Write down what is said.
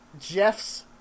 Jeff's